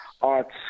arts